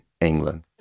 England